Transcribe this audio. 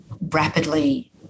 rapidly